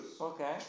Okay